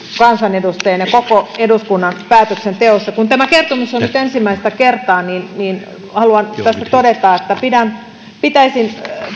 kansanedustajien ja koko eduskunnan päätöksenteossa kun tämä kertomus on nyt ensimmäistä kertaa niin niin haluan tästä todeta että pitäisin